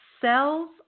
cells